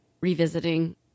revisiting